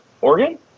Oregon